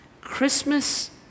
Christmas